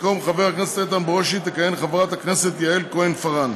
במקום חבר הכנסת איתן ברושי תכהן חברת הכנסת יעל כהן-פארן,